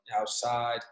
outside